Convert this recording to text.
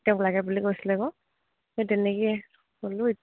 তেওঁক লাগে বুলি কৈছিলে ক' সেই তেনেকে হ'লো